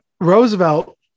Roosevelt